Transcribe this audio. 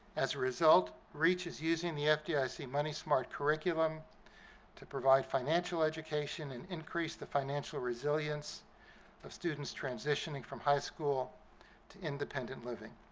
as a result, reach is using the fdic money smart curriculum to provide financial education and increase the financial resilience of students transitioning from high school to independent living.